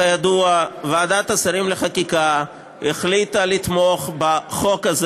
כידוע, ועדת השרים לחקיקה החליטה לתמוך בחוק הזה.